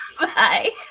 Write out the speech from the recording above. Bye